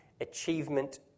achievement